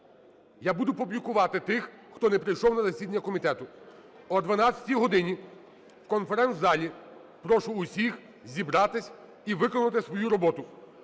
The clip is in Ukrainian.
я буду публікувати тих хто не прийшов на засідання комітету. О 12-й годині в конференц-залі прошу всіх зібратись і виконати свою роботу